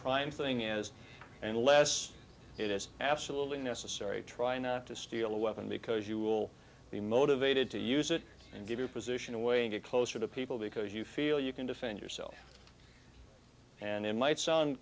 prime thing as unless it is absolutely necessary try not to steal a weapon because you will be motivated to use it and give your position away get closer to people because you feel you can defend yourself and it might sound